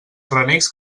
renecs